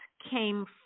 came